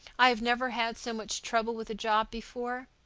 i never had so much trouble with a job before.